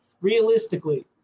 realistically